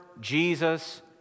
Jesus